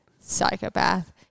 psychopath